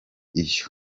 iyo